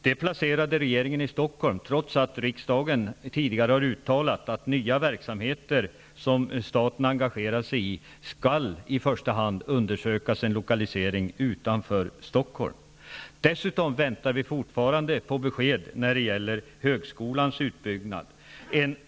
Det placerade regeringen i Stockholm, trots att riksdagen tidigare uttalat att när det gäller nya verksamheter som staten engagerat sig i skall i första hand en lokalisering utanför Stockholm undersökas. Dessutom väntar vi fortfarande på besked då det gäller högskolans utbyggnad.